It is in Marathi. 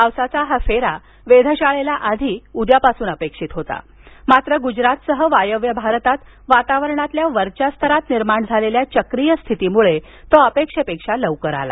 पावसाचा हा फेरा वेधशाळेला आधी उद्यापासून अपेक्षित होता मात्र गूजरातसह वायव्य भारतात वातावरणातल्या वरच्या स्तरात निर्माण झालेल्या चक्रीय स्थितीमुळे तो अपेक्षेपक्षा लवकर आला